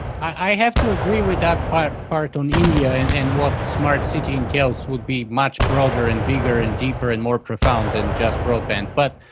i have to agree with that part part on india and and what smart city entails would be much broader and bigger and deeper and more profound then just broadband, but